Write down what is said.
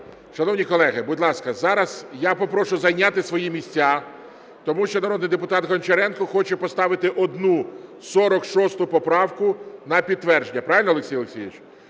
Шановні колеги, будь ласка, зараз я попрошу зайняти свої місця, тому що народний депутат Гончаренко хоче поставити одну, 46 поправку, на підтвердження. Правильно, Олексій Олексійович?